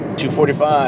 245